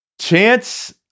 Chance